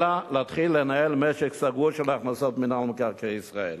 אלא להתחיל לנהל משק סגור של הכנסות מינהל מקרקעי ישראל.